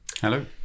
Hello